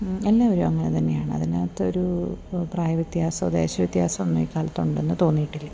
എല്ലാവരും അങ്ങനെ തന്നെയാണ് അതിനകത്ത് ഒരു പ്രായ വ്യത്യാസമോ ദേശ വ്യത്യാസമോ ഒന്നും ഈ കാലത്ത് ഉണ്ടെന്ന് തോന്നീട്ടില്ല